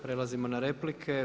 Prelazimo na replike.